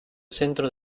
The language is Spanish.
centro